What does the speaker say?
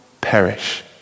perish